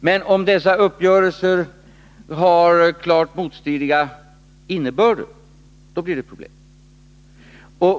Men om dessa uppgörelser har klart motstridiga innebörder blir det problem.